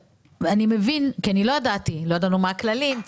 אני מבין כי לא ידעתי לא ידענו מה הכללים,